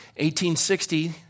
1860